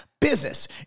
business